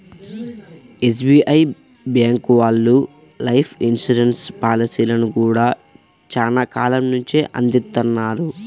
SBI bank life లైఫ్ ఇన్సూరెన్స్ పాలసీలను గూడా చానా కాలం నుంచే అందిత్తన్నారు